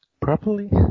Properly